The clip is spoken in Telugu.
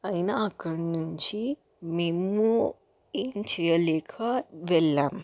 అయినా అక్కడ నుంచి మేము ఏం చేయలేక వెళ్ళాం